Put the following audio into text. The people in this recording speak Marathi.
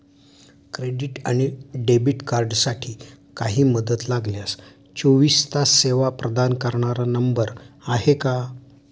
क्रेडिट आणि डेबिट कार्डसाठी काही मदत लागल्यास चोवीस तास सेवा प्रदान करणारा नंबर आहे का?